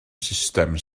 sustem